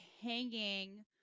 hanging